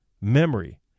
memory